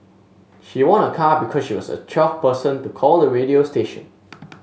she won a car because she was the twelfth person to call the radio station